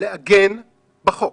לעגן בחוק